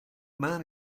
man